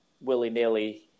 willy-nilly